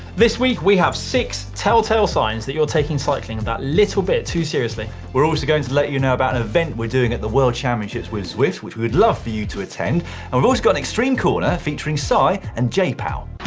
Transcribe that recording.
this week we have six telltale signs that you're taking cycling that little bit too seriously. we're also going to let you know about an event we're doing at the world championships with zwift, which we would love for you to attend, and we've also got extreme corner, featuring si and j-pow.